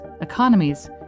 economies